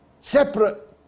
separate